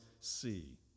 see